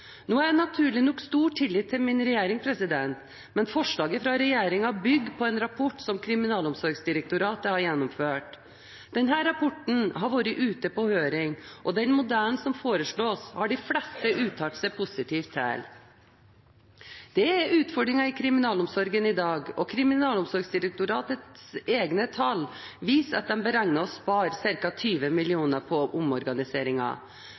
Nå har jeg naturlig nok stor tillit til min regjering, men forslaget fra regjeringen bygger på en rapport som Kriminalomsorgsdirektoratet har gjennomført. Denne rapporten har vært ute til høring, og den modellen som foreslås, har de fleste uttalt seg positivt om. Det er utfordringer i kriminalomsorgen i dag, og Kriminalomsorgsdirektoratets egne tall viser at de beregner å spare ca. 20